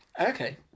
Okay